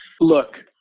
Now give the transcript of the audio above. look